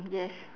yes